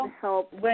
help